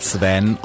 Sven